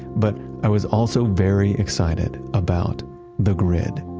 but i was also very excited about the grid.